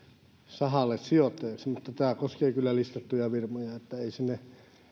sahalle sijoittajaksi mutta tämä koskee kyllä listattuja firmoja niin että ei sinne